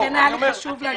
לכן היה לי חשוב להגיד את זה.